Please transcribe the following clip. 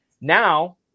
Now